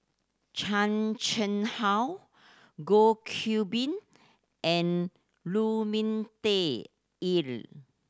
Chan Chang How Goh Qiu Bin and Lu Ming Teh Earl